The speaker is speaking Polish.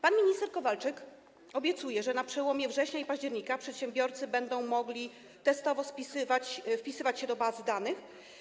Pan minister Kowalczyk obiecuje, że na przełomie września i października przedsiębiorcy będą mogli testowo wpisywać się do bazy danych.